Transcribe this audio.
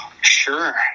Sure